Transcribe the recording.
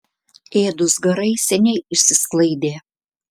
ėdūs garai seniai išsisklaidė